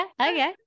okay